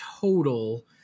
total